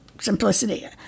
simplicity